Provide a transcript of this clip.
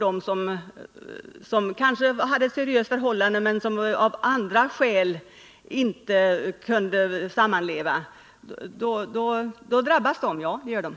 De som kanske hade ett seriöst förhållande men av andra skäl inte kunde sammanleva kommer givetvis att drabbas.